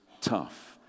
tough